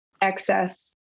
excess